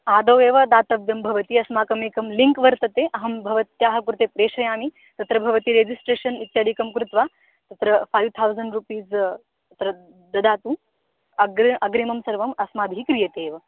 आदौ एव दातव्यं भवति अस्माकम् एकं लिङ्क् वर्तते अहं भवत्याः कृते प्रेषयामि तत्र भवती रेजिस्ट्रेषन् इत्यादिकं कृत्वा तत्र फ़ै थौसण्ड् रुपीस् तत्र ददातु अग्रे अग्रिमं सर्वम् अस्माभिः क्रियते एव